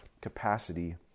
capacity